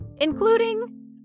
including